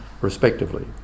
respectively